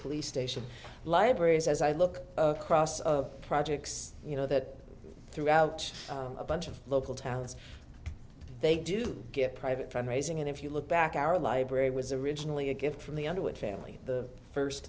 police station libraries as i look across of projects you know that threw out a bunch of local towns they do get private fund raising and if you look back our library was originally a gift from the underwood family the first